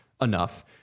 enough